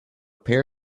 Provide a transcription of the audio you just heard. pair